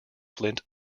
flint